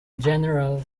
general